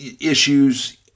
issues